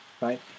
right